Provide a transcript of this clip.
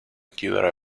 chiudere